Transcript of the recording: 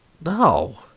No